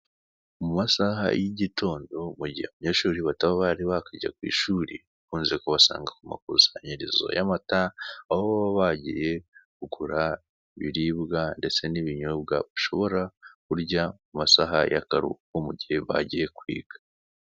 Mu masaha y'igitondo mugihe abanyeshuri bataba bari bakajya ku ishuri ukunze kubasanga ku makusanyirizo y'amata aho baba bagiye kugura ibiribwa ndetse n'ibinyobwa bashobora kurya mu masaha y'akaruhuko mu gihe bagiye kwiga.